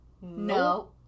No